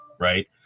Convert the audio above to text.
right